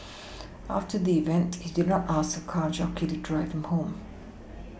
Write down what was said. after the event he did not ask a car jockey to drive him home